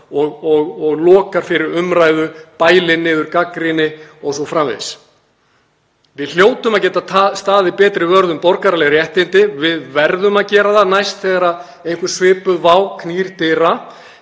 og lokar fyrir umræðu, bælir niður gagnrýni o.s.frv. Við hljótum að geta staðið betur vörð um borgaraleg réttindi. Við verðum að gera það næst þegar einhver svipuð vá knýr dyra.